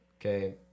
okay